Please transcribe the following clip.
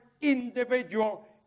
individual